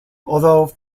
although